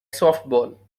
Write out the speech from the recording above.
softball